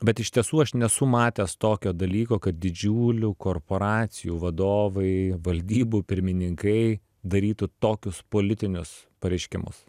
bet iš tiesų aš nesu matęs tokio dalyko kad didžiulių korporacijų vadovai valdybų pirmininkai darytų tokius politinius pareiškimus